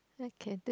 okay this